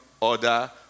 order